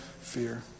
Fear